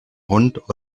hund